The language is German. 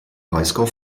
breisgau